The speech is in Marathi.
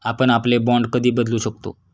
आपण आपले बाँड कधी बदलू शकतो?